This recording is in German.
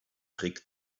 trick